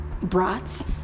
brats